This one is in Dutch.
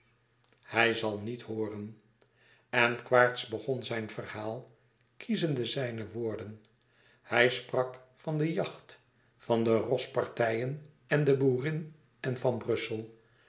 hij zal niet hooren en quaerts begon zijn verhaal kiezende zijne woorden hij sprak van de jacht van de rospartijen en de boerin en van brussel